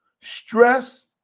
stress